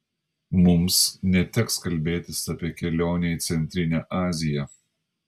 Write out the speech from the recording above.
mums neteks kalbėtis apie kelionę į centrinę aziją